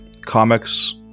comics